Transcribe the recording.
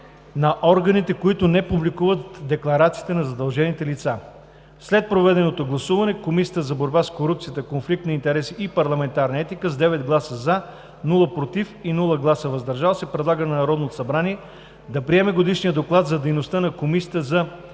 на органите, които не публикуват декларациите на задължените лица. След проведеното гласуване, Комисията за борба с корупцията, конфликт на интереси и парламентарна етика с 9 гласа „за“, без „против“ и „въздържали се“ предлага на Народното събрание да приеме Годишния доклад за дейността на Комисията за